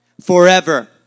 forever